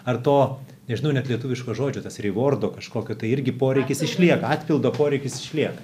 ar to nežinau net lietuviško žodžio tas revordo kažkokio tai irgi poreikis išlieka atpildo poreikis išlieka